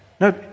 No